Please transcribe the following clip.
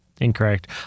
incorrect